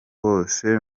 bose